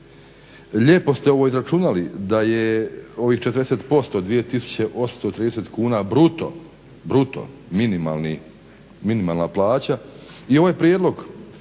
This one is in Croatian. Lijepo ste ovo izračunali, da je ovih 40% 2830 kuna bruto, bruto minimalni, minimalna plaća. I ovaj prijedlog